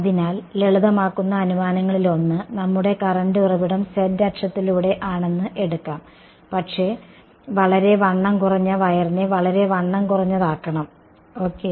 അതിനാൽ ലളിതമാക്കുന്ന അനുമാനങ്ങളിലൊന്ന് നമ്മുടെ കറന്റിന്റെ ഉറവിടം z അക്ഷത്തിലൂടെ ആണെന്ന് എടുക്കാം പക്ഷെ വളെരെ വണ്ണം കുറഞ്ഞ വയറിനെ വളരെ വണ്ണം കുറഞ്ഞതാക്കണം ഓക്കെ